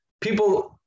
People